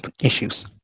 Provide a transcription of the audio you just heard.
issues